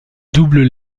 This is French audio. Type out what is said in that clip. doubles